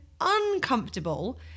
uncomfortable